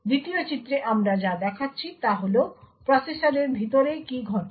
দ্বিতীয় চিত্রে আমরা যা দেখাচ্ছি তা হল প্রসেসরের ভিতরে কী ঘটে